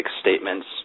statements